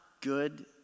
good